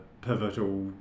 pivotal